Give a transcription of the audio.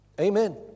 Amen